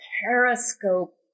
periscope